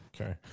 Okay